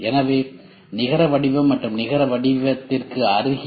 எனவே நிகர வடிவம் மற்றும் நிகர வடிவத்திற்கு அருகில்